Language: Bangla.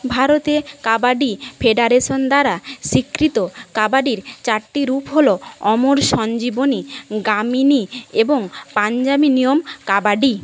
ভারতে কাবাডি ফেডারেশন দ্বারা স্বীকৃত কাবাডির চারটি রূপ হলো অমর সঞ্জীবনী গামিনী এবং পঞ্জাবি নিয়ম কাবাডি